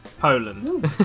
Poland